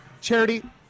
Charity